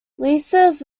leases